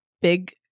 big